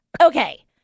Okay